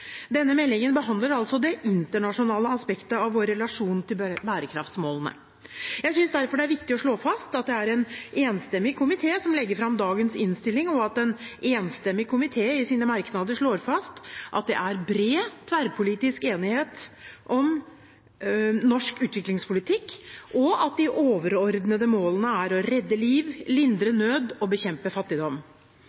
Denne meldingen behandler altså det internasjonale aspektet av vår relasjon til bærekraftsmålene. Jeg synes derfor det er viktig å slå fast at det er en enstemmig komité som legger fram dagens innstilling, og at en enstemmig komité i sine merknader slår fast at «det er bred tverrpolitisk enighet om norsk utviklingspolitikk» og at «de overordnede målene for bistanden er og forblir å redde liv, lindre